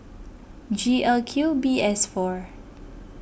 G L Q B S four